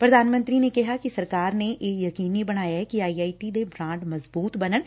ਪ੍ਰਧਾਨ ਮੰਤਰੀ ਨੇ ਕਿਹਾ ਕਿ ਸਰਕਾਰ ਨੇ ਇਹ ਯਕੀਨੀ ਬਣਾਇਐ ਕਿ ਆਈ ਆਈ ਟੀ ਦੇ ਬੁਾਂਡ ਮਜ਼ਬੂਤ ਬਨਣ